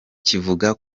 kivuga